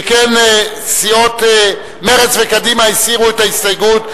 שכן סיעות מרצ וקדימה הסירו את ההסתייגות,